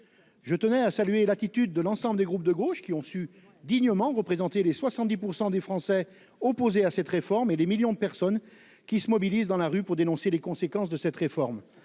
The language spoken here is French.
Je tenais à saluer l'attitude de l'ensemble des groupes de gauche qui ont su dignement représenté les 70% des Français opposés à cette réforme et les millions de personnes qui se mobilisent dans la rue pour dénoncer les conséquences de cette réforme.